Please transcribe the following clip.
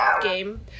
game